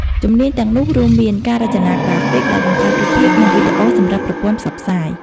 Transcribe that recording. ជំនាញទាំងនោះរួមមាន ការរចនាក្រាហ្វិក ដែលបង្កើតរូបភាព និងវីដេអូសម្រាប់ប្រព័ន្ធផ្សព្វផ្សាយ។